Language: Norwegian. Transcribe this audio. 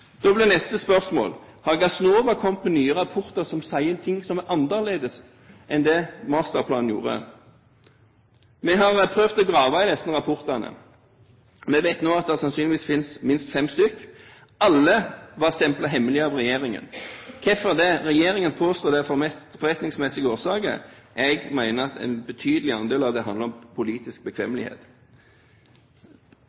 Da blir neste spørsmål: Har Gassnova kommet med nye rapporter som sier ting som er annerledes enn det som står i masterplanen? Vi har prøvd å grave i disse rapportene. Vi vet nå at det sannsynligvis finnes minst fem stykker. Alle var stemplet hemmelig av regjeringen. Hvorfor det? Regjeringen påstår at det er av forretningsmessige årsaker. Jeg mener at en betydelig andel av det handler om politisk